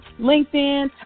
LinkedIn